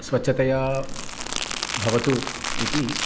स्वच्छतया भवतु इति